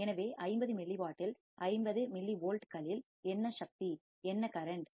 எனவே 50 மில்லிவாட்டில் 50 மில்லிவோல்ட்களில் என்ன சக்தி என்ன கரண்ட்